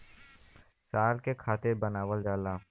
साल के खातिर बनावल जाला